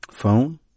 Phone